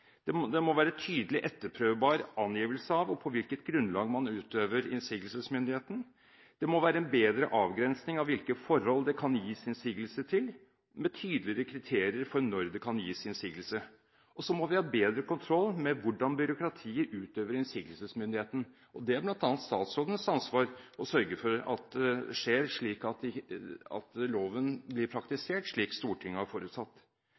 Det må være tydelig, etterprøvbar angivelse av og på hvilket grunnlag man utøver innsigelsesmyndigheten. Det må være en bedre avgrensning av hvilke forhold det kan gis innsigelse til, med tydeligere kriterier for når det kan gis innsigelse. Så må vi ha bedre kontroll med hvordan byråkratiet utøver innsigelsesmyndigheten. Det er statsrådens ansvar bl.a. å sørge for at det skjer, slik at loven blir praktisert slik Stortinget har forutsatt.